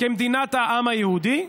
כמדינת העם היהודי.